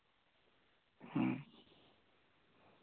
ᱦᱩᱸ